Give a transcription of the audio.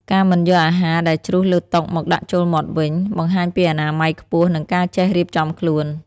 ការមិនយកអាហារដែលជ្រុះលើតុមកដាក់ចូលមាត់វិញ បង្ហាញពីអនាម័យខ្ពស់ និងការចេះរៀបចំខ្លួន។